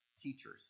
Teachers